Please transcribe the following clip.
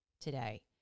today